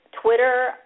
Twitter